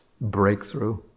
breakthrough